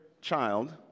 child